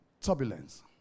turbulence